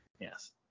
Yes